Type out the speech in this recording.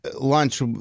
lunch